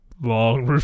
long